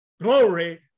glory